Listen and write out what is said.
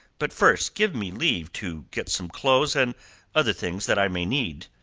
but first give me leave to get some clothes and other things that i may need.